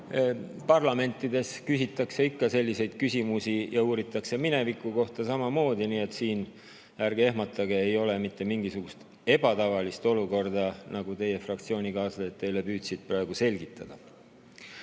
parlamentides küsitakse ikka selliseid küsimusi ja uuritakse mineviku kohta samamoodi, nii et ärge ehmatage, siin ei ole mitte mingisugust ebatavalist olukorda, nagu teie fraktsioonikaaslased püüdsid teile selgitada.